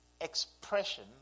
expression